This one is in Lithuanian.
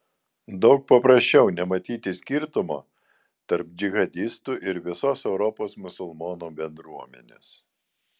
daug paprasčiau nematyti skirtumo tarp džihadistų ir visos europos musulmonų bendruomenės